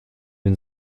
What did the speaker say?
den